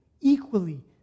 Equally